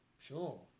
Sure